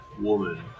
woman